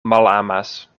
malamas